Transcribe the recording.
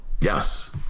Yes